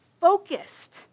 focused